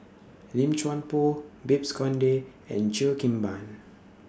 Lim Chuan Poh Babes Conde and Cheo Kim Ban